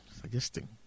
suggesting